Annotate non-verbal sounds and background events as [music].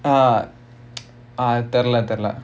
uh [noise] uh தெரில தெரில:terila terila